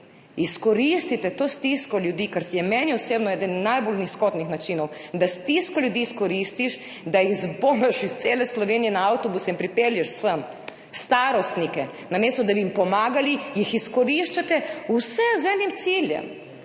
izkoristite to stisko ljudi, kar je meni osebno eden najbolj nizkotnih načinov, da izkoristiš stisko ljudi, da jih zbobnaš iz cele Slovenije na avtobuse in pripelješ sem starostnike, namesto da bi jim pomagali, jih izkoriščate, vse z enim ciljem,